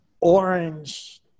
orange